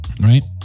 Right